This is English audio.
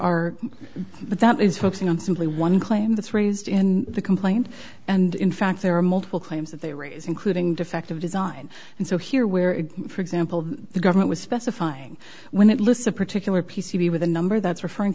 are but that is focusing on simply one claim that's raised in the complaint and in fact there are multiple claims that they raise including defective design and so here where for example the government was specifying when it lists the particular p c b with a number that's referring